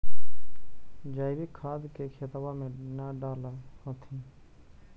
जैवीक खाद के खेतबा मे न डाल होथिं?